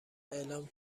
اعلام